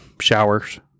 showers